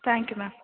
thank you ma'am